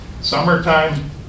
Summertime